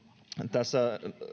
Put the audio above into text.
tässä